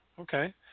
Okay